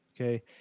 okay